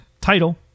title